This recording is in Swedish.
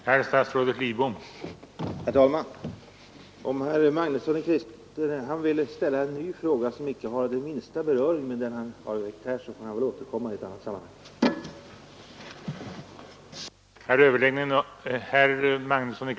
Herr talman! Om herr Magnusson i Kristinehamn vill ställa en ny fråga, som icke har den minsta beröring med den han förut har ställt, får han återkomma i ett annat sammanhang.